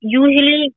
usually